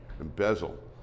embezzle